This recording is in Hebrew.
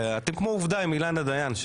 אתם כמו עובדה עם אילנה דיין,